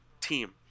team